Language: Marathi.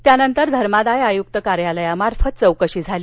त्यानंतर धर्मादाय आयुक्त कार्यालयामार्फत चौकशी झाली